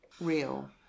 real